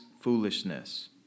foolishness